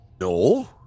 No